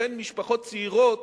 משפחות צעירות